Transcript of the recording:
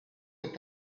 est